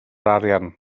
arian